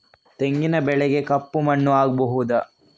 ತೆಂಗಿನ ಬೆಳೆಗೆ ಕಪ್ಪು ಮಣ್ಣು ಆಗ್ಬಹುದಾ?